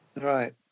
Right